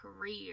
career